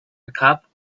recap